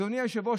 אדוני היושב-ראש,